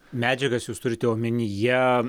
medžiagas jūs turite omenyje